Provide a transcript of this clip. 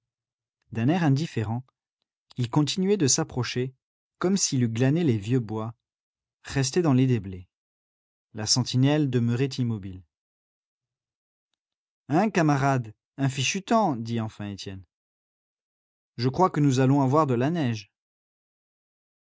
d'un air indifférent il continuait de s'approcher comme s'il eût glané les vieux bois restés dans les déblais la sentinelle demeurait immobile hein camarade un fichu temps dit enfin étienne je crois que nous allons avoir de la neige